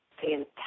Fantastic